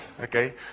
okay